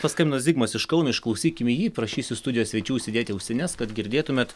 paskambino zigmas iš kauno išklausykim jį prašysiu studijos svečių užsidėti ausines kad girdėtumėt